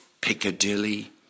Piccadilly